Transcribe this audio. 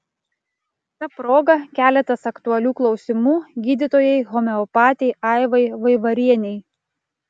ta proga keletas aktualių klausimų gydytojai homeopatei aivai vaivarienei